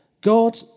God